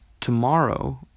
tomorrow